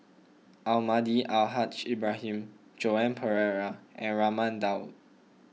Almahdi Al Haj Ibrahim Joan Pereira and Raman Daud